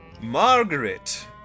Margaret